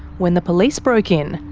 when the police broke in,